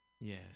yes